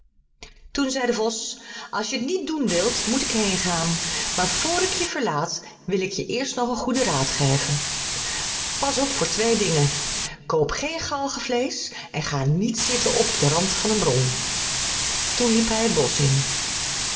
toen zei de vos als je het niet doen wilt moet ik heengaan maar vr ik je verlaat wil ik je eerst nog een goeden raad geven pas op voor twee dingen koop geen galgenvleesch en ga niet zitten op den rand van een bron toen liep hij het bosch is